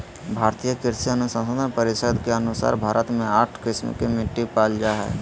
भारतीय कृषि अनुसंधान परिसद के अनुसार भारत मे आठ किस्म के मिट्टी पाल जा हइ